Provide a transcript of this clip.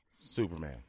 Superman